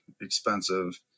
expensive